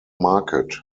market